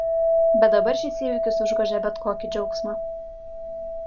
bet dabar šis įvykis užgožia bet kokį džiaugsmą